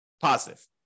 positive